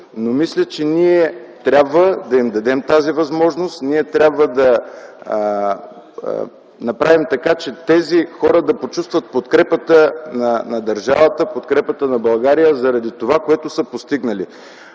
Мисля, че трябва да им дадем тази възможност, да направим така, че те да почувстват подкрепата на държавата, подкрепата на България заради онова, което са постигнали.